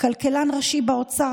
כלכלן ראשי באוצר